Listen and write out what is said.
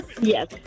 Yes